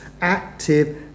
active